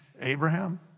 Abraham